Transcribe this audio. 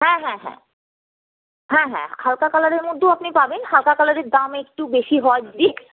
হ্যাঁ হ্যাঁ হ্যাঁ হ্যাঁ হ্যাঁ হালকা কালারের মধ্যেও আপনি পাবেন হালকা কালারের দাম একটু বেশি হয় দিদি